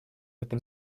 этом